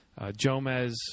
Jomez